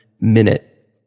minute